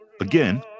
Again